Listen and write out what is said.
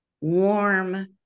warm